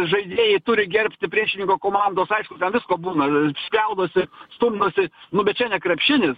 žaidėjai turi gerbti priešininko komandos aišku visko būna spjaudosi stumdosi nu bet čia ne krepšinis